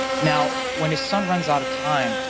now, when his son runs out of time,